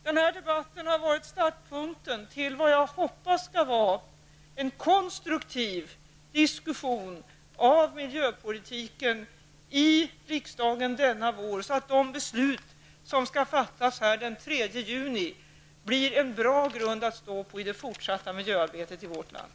Den här debatten har varit startpunkten till vad jag hoppas skall vara en konstruktiv diskussion om miljöpolitiken i riksdagen denna vår, så att de beslut som skall fattas här den 3 juni blir en bra grund att stå på för det fortsatta miljöarbetet i vårt land.